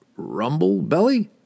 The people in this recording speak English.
Rumblebelly